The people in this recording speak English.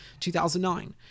2009